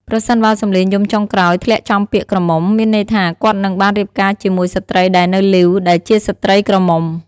ប្រសិនបើសំឡេងយំចុងក្រោយធ្លាក់ចំពាក្យ ក្រមុំ មានន័យថាគាត់នឹងបានរៀបការជាមួយស្ត្រីដែលនៅលីវ ដែលជាស្ត្រីក្រមុំ ។